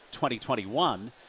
2021